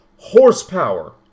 Horsepower